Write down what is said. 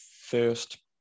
first